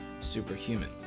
superhuman